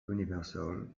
universal